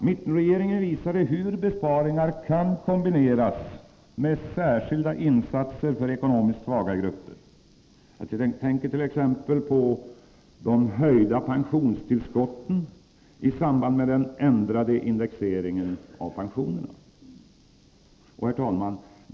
Mittenregeringen visade hur besparingar kan kombineras med särskilda insatser för ekonomiskt svaga grupper. Jag tänker på t.ex. höjningen av Herr talman!